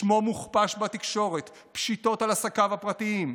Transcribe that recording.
שמו מוכפש בתקשורת, פשיטות על עסקיו הפרטיים.